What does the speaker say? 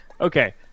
Okay